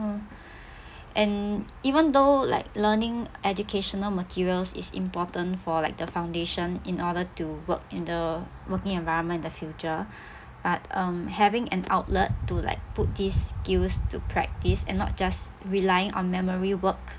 and even though like learning educational materials is important for like the foundation in order to work in the working environment in the future but um having an outlet to like put these skills to practice and not just relying on memory work